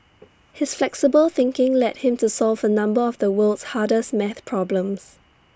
his flexible thinking led him to solve A number of the world's hardest math problems